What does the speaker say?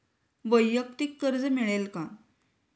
वैयक्तिक कर्ज मिळेल का?